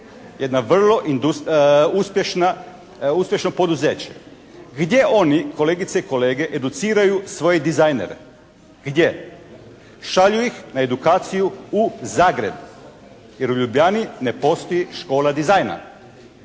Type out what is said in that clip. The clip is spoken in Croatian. jedno vrlo uspješno poduzeće. Gdje oni, kolegice i kolege, educiraju svoje dizajnere? Gdje? Šalju ih na edukaciju u Zagreb jer u Ljubljani ne postoji škola dizajna.